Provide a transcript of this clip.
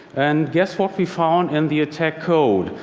and guess what we found in the attack code?